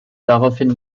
daraufhin